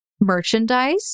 merchandise